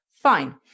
fine